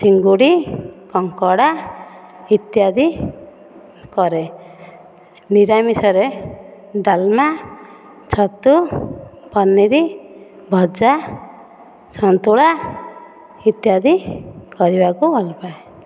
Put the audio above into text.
ଚିଙ୍ଗୁଡ଼ି କଙ୍କଡ଼ା ଇତ୍ୟାଦି କରେ ନିରାମିଷରେ ଡାଲମା ଛତୁ ପନିର ଭଜା ସନ୍ତୁଳା ଇତ୍ୟାଦି କରିବାକୁ ଭଲପାଏ